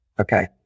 Okay